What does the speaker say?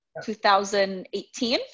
2018